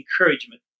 encouragement